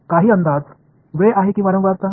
काही अंदाज वेळ आहे कि वारंवारता